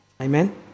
Amen